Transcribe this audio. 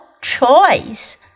choice